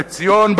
בציון,